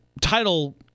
title